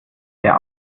der